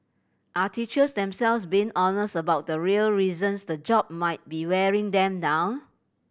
are teachers themselves being honest about the real reasons the job might be wearing them down